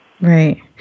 Right